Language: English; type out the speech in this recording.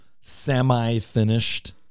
semi-finished